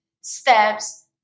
steps